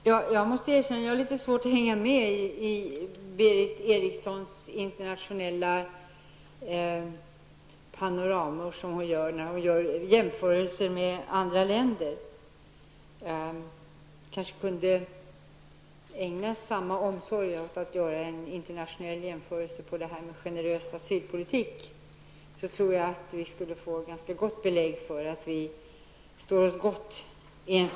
Herr talman! Jag måste erkänna att jag har litet svårt att hänga med Berith Eriksson i de internationella panoramor som hon gör när hon jämför med andra länder. Berith Eriksson kunde kanske ägna samma omsorg åt att göra en internationell jämförelse när det gäller generös asylpolitik. Då finge vi nog belägg för att vi står oss ganska gott.